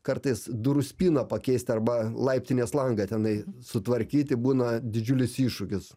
kartais durų spyną pakeist arba laiptinės langą tenai sutvarkyti būna didžiulis iššūkis